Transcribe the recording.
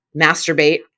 masturbate